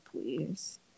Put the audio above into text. please